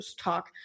talk